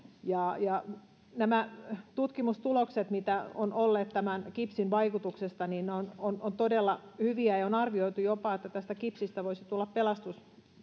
nämä tutkimustulokset tämän kipsin vaikutuksesta ovat todella hyviä ja on arvioitu jopa että tästä kipsistä voisi olla pelastus